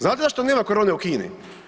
Znate zašto nema korone u Kini?